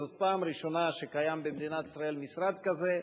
זאת הפעם הראשונה שקיים במדינת ישראל משרד כזה.